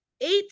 eight